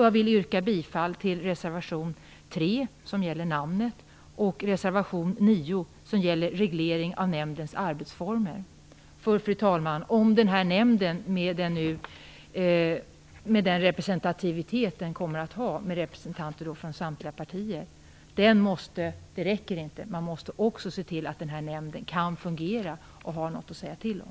Jag vill yrka bifall till reservation 3, som gäller namnet, och reservation 9, som gäller reglering av nämndens arbetsformer. Det räcker nämligen inte, fru talman, med den representativitet som nämnden kommer att ha, med representanter för samtliga partier. Man måste också se till att nämnden kan fungera och har något att säga till om.